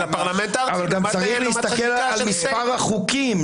הפרלמנט --- צריך להסתכל גם על מספר החוקים,